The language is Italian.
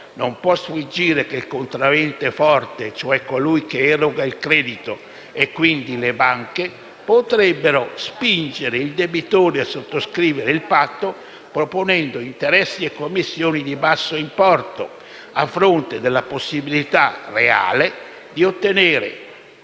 Non può sfuggire che il contraente forte, cioè colui che eroga il credito e quindi le banche, potrebbe "spingere" il debitore a sottoscrivere il patto proponendo interessi e commissioni di basso importo, a fronte della possibilità (reale) di ottenere